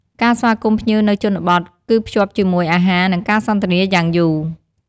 ការស្វាគមន៍ភ្ញៀវនៅជនបទគឺភ្ជាប់ជាមួយ អាហារ និង ការសន្ទនាយ៉ាងយូរ។